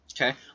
Okay